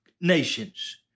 nations